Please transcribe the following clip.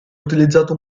utilizzato